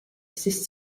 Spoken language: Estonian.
sest